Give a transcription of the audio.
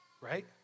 right